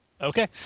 Okay